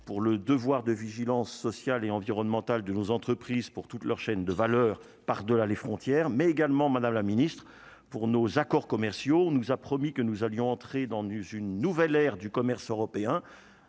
pour le devoir de vigilance sociale et environnementale de nos entreprises, pour toute leur chaîne de valeur par delà les frontières mais également Madame la Ministre, pour nos accords commerciaux, on nous a promis que nous allions entrer dans une nouvelle ère du commerce européen,